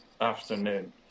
afternoon